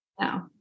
No